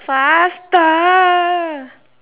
faster